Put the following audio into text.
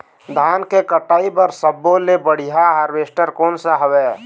धान के कटाई बर सब्बो ले बढ़िया हारवेस्ट कोन सा हवए?